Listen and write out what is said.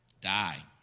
Die